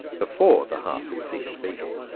before the heart had ceased beating.